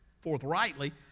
forthrightly